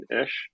ish